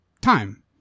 time